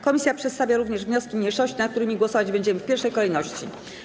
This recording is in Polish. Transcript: Komisja przedstawia również wnioski mniejszości, nad którymi głosować będziemy w pierwszej kolejności.